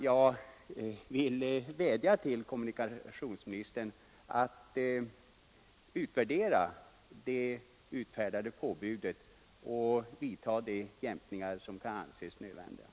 Jag vill vädja till kommunikationsministern att han utvärderar det utfärdade påbudet och vidtar de jämkningar som kan anses nödvändiga.